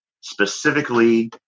Specifically